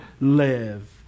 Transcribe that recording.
live